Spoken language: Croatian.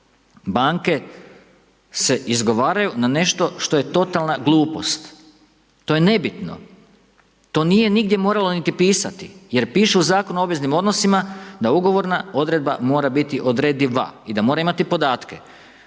Banke se izgovaraju na nešto što je totalna glupost. To je nebitno, to nije nigdje moralo niti pisati jer piše u Zakonu o obveznim odnosima da ugovorna odredba mora biti odrediva i da mora imati podatke.